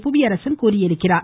புவியரசன் தெரிவித்திருக்கிறார்